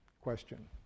question